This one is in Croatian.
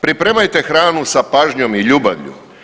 Pripremajte hranu sa pažnjom i ljubavlju.